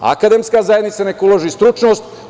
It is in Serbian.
Akademska zajednica neka uloži stručnost.